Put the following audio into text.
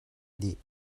dih